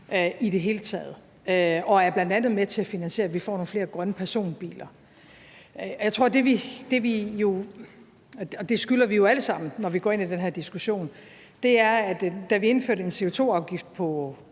i det hele taget og er bl.a. med til at finansiere, at vi får nogle flere grønne personbiler. Jeg tror, at det, vi jo skylder at sige – og det skylder vi jo alle sammen, når vi går ind i den her diskussion – er, at da vi indførte en CO2-afgift på